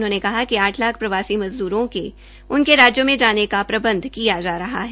उन्होंने कहा कि आठ लाख प्रवासी मजदूरों के उनके राज्यों में जाने का प्रबंध किया जा रहा है